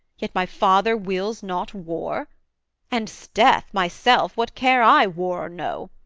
yet my father wills not war and, sdeath! myself, what care i, war or no?